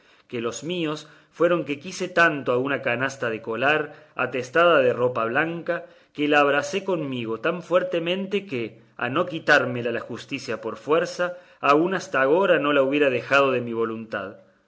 galeoteque los míos fueron que quise tanto a una canasta de colar atestada de ropa blanca que la abracé conmigo tan fuertemente que a no quitármela la justicia por fuerza aún hasta agora no la hubiera dejado de mi voluntad